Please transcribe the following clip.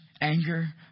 anger